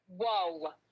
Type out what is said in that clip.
Whoa